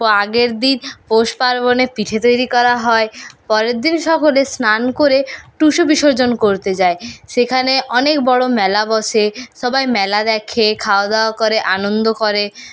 ও আগের দিন পৌষ পার্বণে পিঠে তৈরি করা হয় পরের দিন সকলে স্নান করে টুসু বিসর্জন করতে যায় সেখানে অনেক বড়ো মেলা বসে সবাই মেলা দেখে খাওয়া দাওয়া করে আনন্দ করে